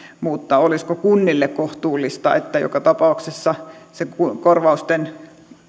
mutta olisiko kunnille kohtuullista että joka tapauksessa se korvausten